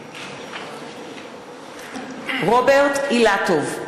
מתחייב אני רוברט אילטוב,